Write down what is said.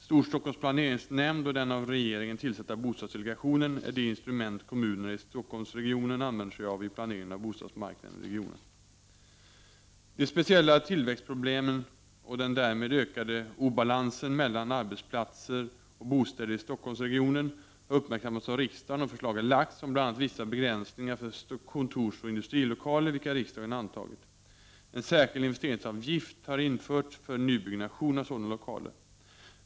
Storstockholms planeringsnämnd och den av regeringen tillsatta bostadsdelegationen är de instrument kommunerna i Stockholmsregionen använder sig av i planeringen av bostadsmarknaden i regionen. De speciella tillväxtproblemen och den därmed ökade obalansen mellan arbetsplatser och bostäder i Stockholmsregionen har uppmärksammats av riksdagen, och förslag har lagts om bl.a. vissa begränsningar för kontorsoch industrilokaler, vilka riksdagen antagit. En särskild investeringsavgift har införts för nybyggnation av sådana lokaler.